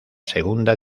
segunda